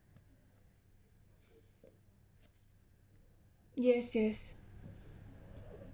yes yes